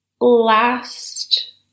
last